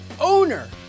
Owner